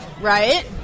right